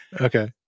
Okay